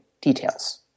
details